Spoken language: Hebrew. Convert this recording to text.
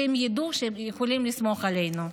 שהם ידעו שהם יכולים לסמוך עלינו.